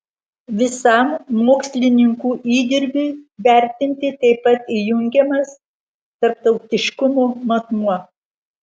visam mokslininkų įdirbiui vertinti taip pat įjungiamas tarptautiškumo matmuo